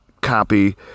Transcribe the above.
copy